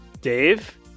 Dave